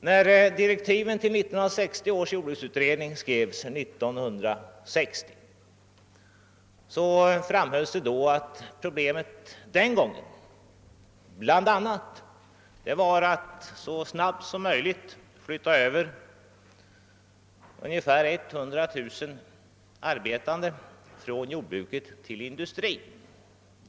I direktiven till 1960 års jordbruksutredning, vilka skrevs samma år, framhölls att problemet då bl.a. var att så snabbt som möjligt flytta över ungefär 100 000 människor från jordbruket till industrin.